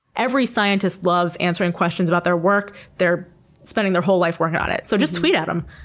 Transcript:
every scientist loves answering questions about their work. they're spending their whole life working on it, so just tweet at them.